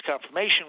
confirmation